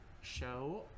show